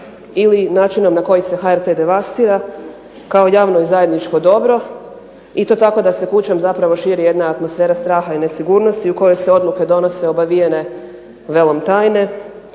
ili načinom ne koji se HRT devastira kao javno zajedničko dobro. I to tako da se kućom širi jedna atmosfera straha i nesigurnosti u kojoj se odluke donose obavijene velom tajne,